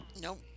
Nope